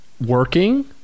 working